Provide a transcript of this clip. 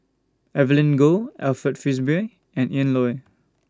Evelyn Goh Alfred Frisby and Ian Loy